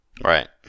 Right